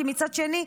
כי מצד שני,